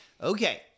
okay